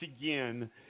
again